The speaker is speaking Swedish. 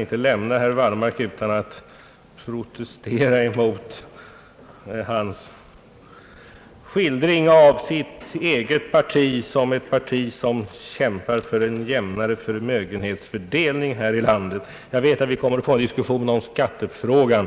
inte lämna herr Wallmark utan att protestera mot hans skildring av hans eget parti som ett parti som kämpar för en jämnare förmögenhetsfördelning här i landet. Jag vet att vi kommer att få en diskussion om skattefrågorna.